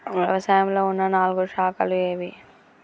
వ్యవసాయంలో ఉన్న నాలుగు శాఖలు ఏవి?